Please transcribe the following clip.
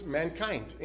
mankind